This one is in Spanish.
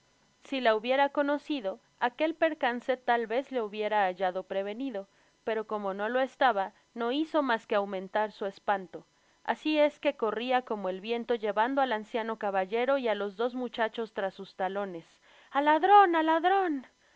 si la hubiera conocido aquel percance tal vez le hubiera hallado prevenido pero como no lo estaba no hizo mas que aumentar su espanto asi es que corria como el viento llevando al anciano caballero y á los dos muchachos tras sus talones al ladron al ladron